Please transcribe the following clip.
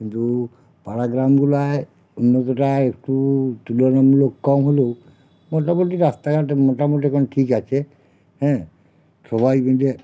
কিন্তু পাড়া গ্রামগুলায় উন্নতটা একটু তুলনামূলক কম হলেও মোটামুটি রাস্তাঘাটের মোটামুটি এখন ঠিক আছে হ্যাঁ সবাই মিলে